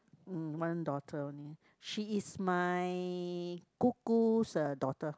mm one daughter only she is my 姑姑 's uh daughter